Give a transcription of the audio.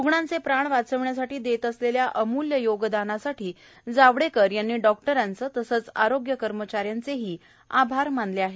रुग्णांचे प्राण वाचवण्यासाठी देत असलेल्या अमूल्य योगदानासाठी जावडेकर यांनी डॉक्टरांचे तसंच आरोग्य कर्मचाऱ्यांचे ही आभार मानले आहेत